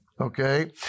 Okay